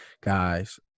guys